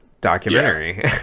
documentary